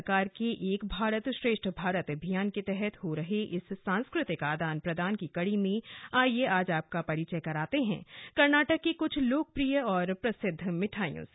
केंद्र सरकार के एक भारत श्रेष्ठ भारत अभियान के तहत हो रहे इस सांस्कृतिक आदान प्रदान की कड़ी में आइए आज आपका परिचय कराते हैं कर्नाटक की कुछ लोकप्रिय और प्रसिद्ध मिठाइयों से